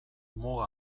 muga